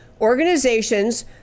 Organizations